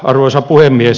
arvoisa puhemies